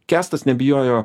kęstas nebijojo